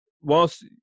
whilst